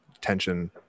tension